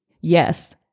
yes